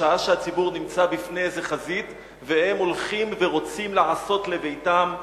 בשעה שהציבור נמצא בפני איזו חזית והם הולכים ורוצים לעשות לביתם.